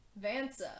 Vansa